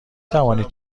توانید